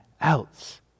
else